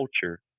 culture